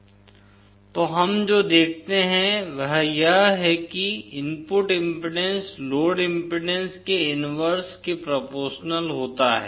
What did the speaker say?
ZinZd4 Z02Zl तो हम जो देखते हैं वह यह है कि इनपुट इम्पीडेन्स लोड इम्पीडेन्स के इनवर्स के प्रोपोरशनल होता है